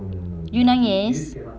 you nangis